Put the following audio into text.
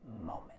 moment